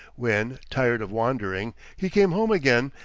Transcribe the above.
when, tired of wandering, he came home again,